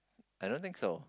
I don't think so